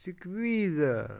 ਸਿਕਵੀਜ